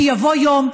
כי יבוא יום,